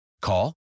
Call